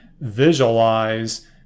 visualize